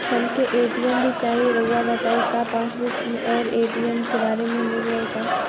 हमके ए.टी.एम भी चाही राउर बताई का पासबुक और ए.टी.एम एके बार में मील जाई का?